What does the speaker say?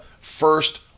first